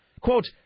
Quote